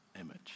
image